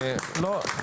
לא,